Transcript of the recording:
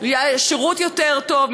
יהיה שירות יותר טוב,